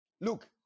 Look